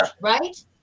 Right